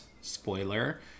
spoiler